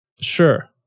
Sure